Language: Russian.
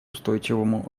устойчивому